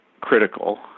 critical